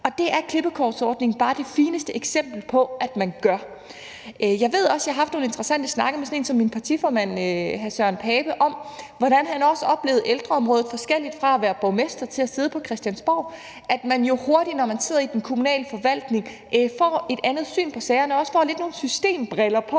og det er klippekortsordningen bare det fineste eksempel på at man gør. Jeg har haft nogle interessante snakke med min partiformand, hr. Søren Pape Poulsen, om, hvordan han også oplevede ældreområdet forskelligt, fra da han var borgmester til nu, hvor han er på Christiansborg. For når man sidder i den kommunale forvaltning, får man hurtigt et andet syn på sagerne og får nogle systembriller på,